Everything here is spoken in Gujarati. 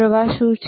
પ્રવાહ શું છે